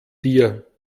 dir